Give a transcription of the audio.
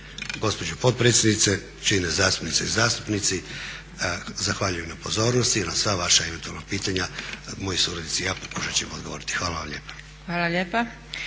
Gospođo potpredsjednice, cijenjene zastupnice i zastupnici zahvaljujem na pozornosti. Na sva vaša eventualna pitanja moji suradnici i ja pokušat ćemo odgovoriti. Hvala vam lijepa.